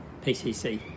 PCC